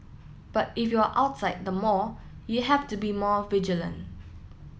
but if you are outside the mall you have to be more vigilant